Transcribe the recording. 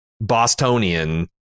Bostonian